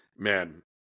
Man